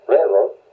Railroad